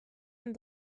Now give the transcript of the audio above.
and